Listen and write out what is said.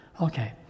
Okay